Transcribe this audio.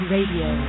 Radio